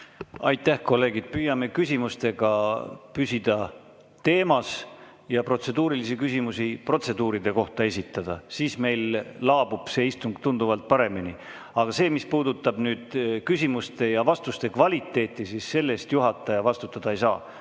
Aitäh! Kolleegid, püüame küsimustega püsida teemas ja protseduurilisi küsimusi protseduuride kohta esitada. Siis meil laabub see istung tunduvalt paremini. Aga mis puudutab küsimuste ja vastuste kvaliteeti, siis selle eest juhataja vastutada ei saa.